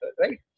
right